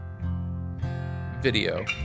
video